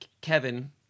Kevin